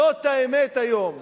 זאת האמת היום,